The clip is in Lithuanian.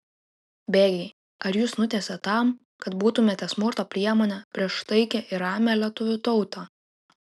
bėgiai ar jus nutiesė tam kad būtumėte smurto priemonė prieš taikią ir ramią lietuvių tautą